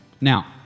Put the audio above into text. Now